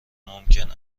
ممکن